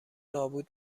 نابود